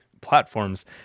platforms